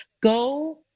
go